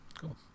Cool